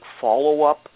follow-up